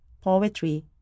poetry